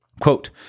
Quote